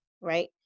right